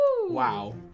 Wow